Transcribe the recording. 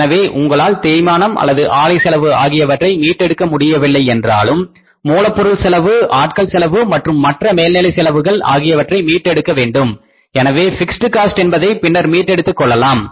எனவே உங்களால் தேய்மானம் அல்லது ஆலை செலவு ஆகியவற்றை மீட்டெடுக்க முடியவில்லை என்றாலும் மூலப்பொருள் செலவு ஆட்கள் செலவு மற்றும் மற்ற மேல்நிலை செலவுகள் ஆகியவற்றை மீட்டெடுக்க வேண்டும் எனவே பிக்ஸ்ட் காஸ்ட் என்பதை பின்னர் மீட்டெடுத்துக் கொள்ளலாம்